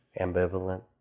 ambivalent